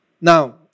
Now